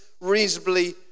reasonably